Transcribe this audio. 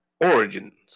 origins